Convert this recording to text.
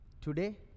Today